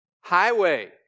highway